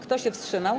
Kto się wstrzymał?